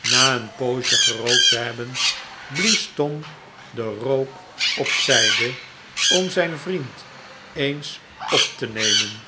na een poosje gerookt te hebben bliestom den rook op zijde om zijn vriend eens op te nemen